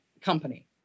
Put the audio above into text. company